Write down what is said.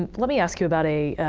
and let me ask you about a